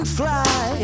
fly